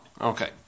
Okay